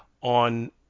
on